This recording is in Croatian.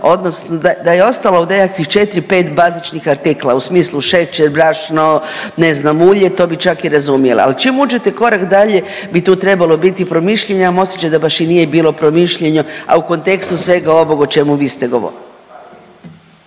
odnosno da je ostalo u nekakvih četri, pet bazičnih artikla u smislu šećer, brašno, ne znam ulje to bi čak i razumjela. Ali čim uđete korak dalje bi tu trebalo biti promišljanja, a imam osjećaj da baš i nije bilo promišljanja, a kontekstu svega ovog o čemu vi ste govorili.